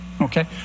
Okay